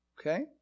Okay